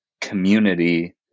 community